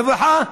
רווחה.